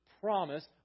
promise